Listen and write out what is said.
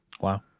Wow